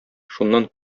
шуннан